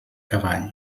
cavall